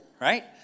Right